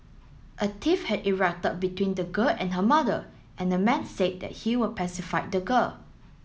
a tiff had erupted between the girl and her mother and the man said that he would pacify the girl